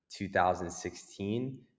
2016